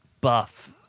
buff